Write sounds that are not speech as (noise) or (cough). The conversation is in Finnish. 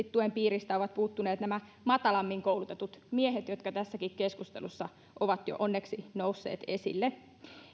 (unintelligible) tuen piiristä ovat puuttuneet nämä matalammin koulutetut miehet jotka tässäkin keskustelussa ovat onneksi jo nousseet esille